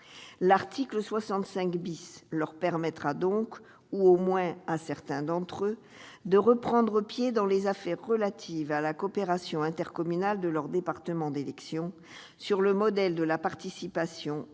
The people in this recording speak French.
L'article 65 leur permettra- tout du moins à certains d'entre eux -de reprendre pied dans les affaires relatives à la coopération intercommunale de leur département d'élection, sur le modèle de la participation aux commissions